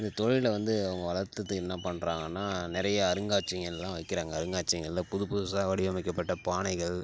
இந்த தொழில்ல வந்து அவங்க வளர்த்துத்துக்கு என்ன பண்ணுறாங்கன்னா நிறையா அருங்காட்சியங்கள்லாம் வைக்கிறாங்கள் அருங்காட்சியங்கள்ல புது புதுசாக வடிவமைக்கப்பட்ட பானைகள்